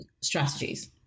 strategies